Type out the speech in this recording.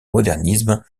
modernisme